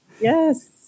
Yes